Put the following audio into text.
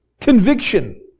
conviction